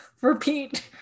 repeat